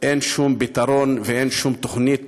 אין שום פתרון ואין שום תוכנית